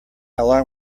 alarm